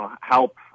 help